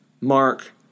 mark